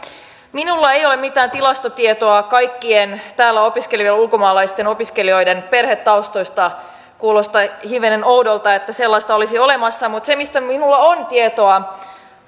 minulla ei ole mitään tilastotietoa kaikkien täällä opiskelevien ulkomaalaisten opiskelijoiden perhetaustoista kuulostaa hivenen oudolta että sellaista olisi olemassa mutta se mistä minulla on tietoa